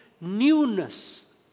newness